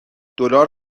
دلار